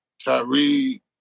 Tyree